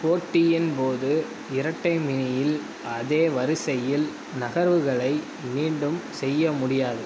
போட்டியின் போது இரட்டை மினியில் அதே வரிசையில் நகர்வுகளை மீண்டும் செய்ய முடியாது